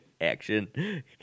action